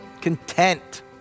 content